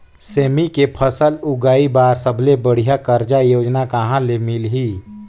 सेमी के फसल उगाई बार सबले बढ़िया कर्जा योजना कहा ले मिलही?